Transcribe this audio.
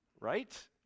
right